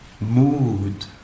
mood